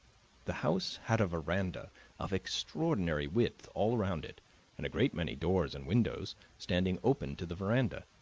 the house had a veranda of extraordinary width all around it and a great many doors and windows standing open to the veranda.